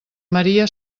maria